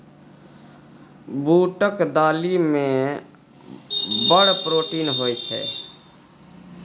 बूटक दालि मे बड़ प्रोटीन होए छै